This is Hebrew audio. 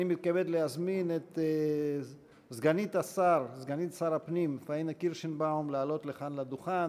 אני מתכבד להזמין את סגנית שר הפנים פאינה קירשנבאום לעלות לכאן לדוכן